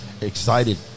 excited